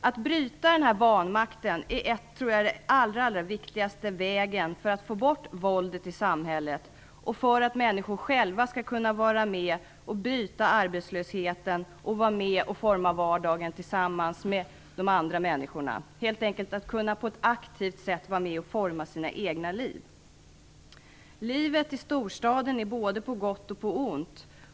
Att bryta vanmakten tror jag är den allra viktigaste vägen för att få bort våldet i samhället och för att människor själva, tillsammans med andra människor, skall kunna bryta arbetslösheten och forma sin vardag, helt enkelt för att människor på ett aktivt sätt skall kunna vara med och forma sina egna liv. Livet i storstaden är på både gott och ont.